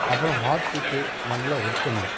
அப்புறம் ஹார்ட்பீட்டு நல்லா ஒர்க் பண்ணும்